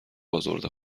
ازرده